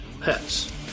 pets